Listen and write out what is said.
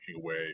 away